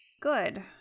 good